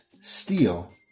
steel